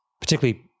particularly